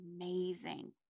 amazing